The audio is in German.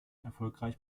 erfolgreich